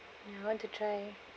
ya I want to try